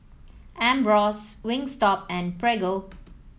Ambros Wingstop and Prego